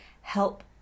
help